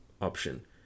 option